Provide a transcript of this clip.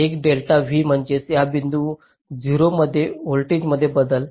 तर delta V म्हणजेच या बिंदू 0 मध्ये व्होल्टेजमध्ये बदल